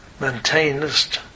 maintainest